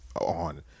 on